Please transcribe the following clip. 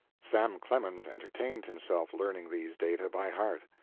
sam clemens entertained himself learning these data by heart.